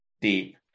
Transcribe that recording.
deep